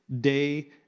day